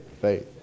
Faith